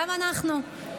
גם אנחנו,